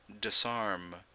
disarm